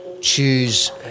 choose –